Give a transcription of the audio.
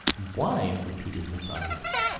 why? repeated miss ivors.